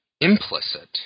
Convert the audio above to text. implicit